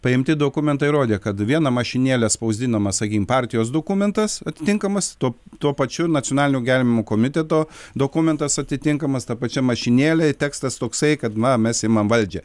paimti dokumentai rodė kad viena mašinėle spausdinamas sakykim partijos dokumentas atitinkamas tuo tuo pačiu nacionalinio gelbėjimo komiteto dokumentas atitinkamas ta pačia mašinėle tekstas toksai kad na mes imam valdžią